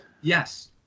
Yes